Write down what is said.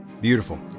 Beautiful